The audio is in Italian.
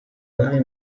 vari